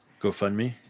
GoFundMe